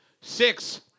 Six